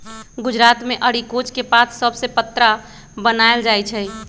गुजरात मे अरिकोच के पात सभसे पत्रा बनाएल जाइ छइ